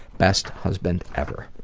best husband ever.